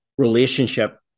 Relationship